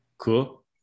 Cool